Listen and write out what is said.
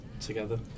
together